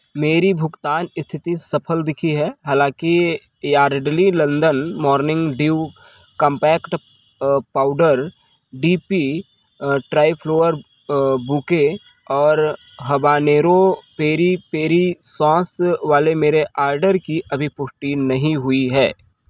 मेरी भुगतान स्थिति सफल दिखी है हालाँकि Yardley London morning dew compact powder D P dry flower bouquet और हबानेरो पेरी पेरी सॉस वाले मेरे आर्डर की अभी पुष्टि नहीं हुई है